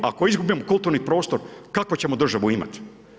Ako izgubimo kulturni prostor, kakvu ćemo državu imati?